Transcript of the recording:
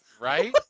Right